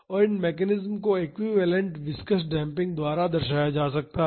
और इन मैकेनिज्म को एक्विवैलेन्ट विस्कॉस डेम्पिंग द्वारा दर्शाया जा सकता है